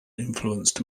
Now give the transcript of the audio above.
influenced